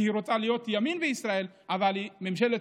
כי היא רוצה להיות ימין בישראל אבל היא מפלגת